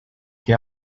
que